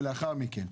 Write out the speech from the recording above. ולאחר מכן.